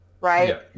right